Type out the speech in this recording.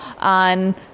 on